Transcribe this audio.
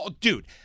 dude